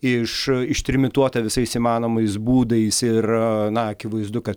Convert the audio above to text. iš ištrimituota visais įmanomais būdais ir na akivaizdu kad